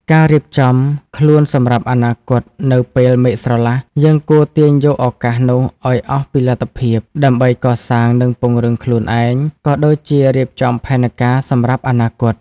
ការរៀបចំខ្លួនសម្រាប់អនាគត នៅពេលមេឃស្រឡះ យើងគួរទាញយកឱកាសនោះឲ្យអស់ពីលទ្ធភាព ដើម្បីកសាង និងពង្រឹងខ្លួនឯង ក៏ដូចជារៀបចំផែនការសម្រាប់អនាគត។